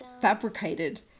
fabricated